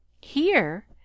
Here